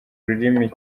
ururimi